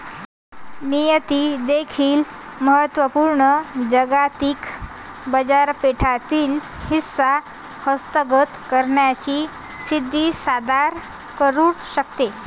निर्यात देखील महत्त्व पूर्ण जागतिक बाजारपेठेतील हिस्सा हस्तगत करण्याची संधी सादर करू शकते